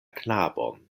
knabon